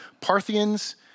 Parthians